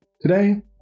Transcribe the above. Today